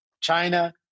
China